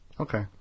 Okay